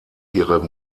ihre